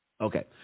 Okay